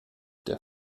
der